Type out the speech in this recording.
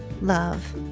love